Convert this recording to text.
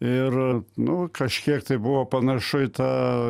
ir nu kažkiek tai buvo panašu į tą